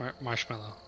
marshmallow